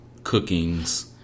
cookings